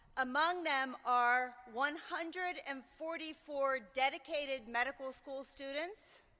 among them, are one hundred and forty four dedicated medical school students.